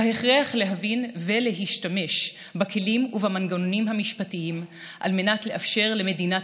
בהכרח להבין ולהשתמש בכלים ובמנגנונים המשפטיים כדי לאפשר למדינת